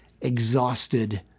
exhausted